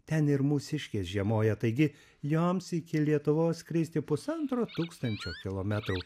ten ir mūsiškės žiemoja taigi joms iki lietuvos skristi pusantro tūkstančio kilometrų